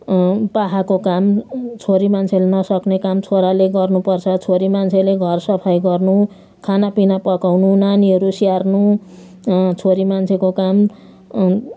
पाखाको काम छोरीमान्छेले नसक्ने काम छोराले गर्नुपर्छ छोरी मान्छेले घर सफाई गर्नु खानापिना पकाउनु नानीहरू स्याहार्नु छोरी मान्छेको काम